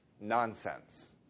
nonsense